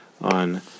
on